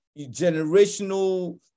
generational